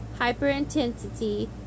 hyperintensity